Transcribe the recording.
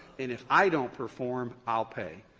and if i don't perform, i'll pay.